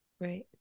Right